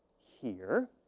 here.